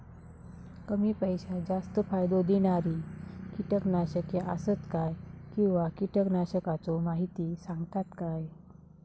कमी पैशात जास्त फायदो दिणारी किटकनाशके आसत काय किंवा कीटकनाशकाचो माहिती सांगतात काय?